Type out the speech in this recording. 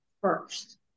first